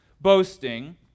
boasting